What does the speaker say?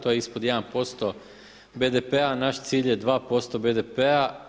To je ispod 1% BDP-a, naš cilj je 2% BDP-a.